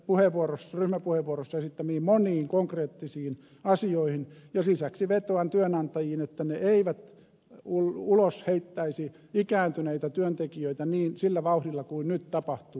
räsäsen ryhmäpuheenvuorossa esittämiin moniin konkreettisiin asioihin ja lisäksi vetoan työnantajiin että ne eivät ulosheittäisi ikääntyneitä työntekijöitä sillä vauhdilla kuin nyt tapahtuu